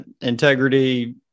Integrity